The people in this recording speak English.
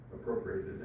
appropriated